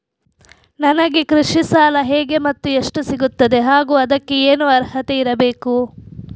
ನನಗೆ ಕೃಷಿ ಸಾಲ ಹೇಗೆ ಮತ್ತು ಎಷ್ಟು ಸಿಗುತ್ತದೆ ಹಾಗೂ ಅದಕ್ಕೆ ಏನು ಅರ್ಹತೆ ಇರಬೇಕು?